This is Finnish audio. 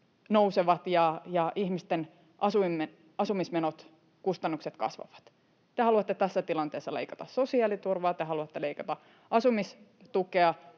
nousevat ja ihmisten asumismenot, ‑kustannukset, kasvavat. Te haluatte tässä tilanteessa leikata sosiaaliturvaa, te